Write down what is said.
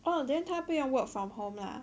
!wah! then 他不用 work from home lah